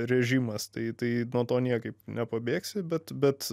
režimas tai tai nuo to niekaip nepabėgsi bet bet